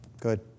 Good